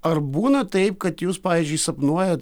ar būna taip kad jūs pavyzdžiui sapnuojat